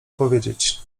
powiedzieć